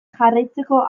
jarraitzeko